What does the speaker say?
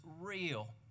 real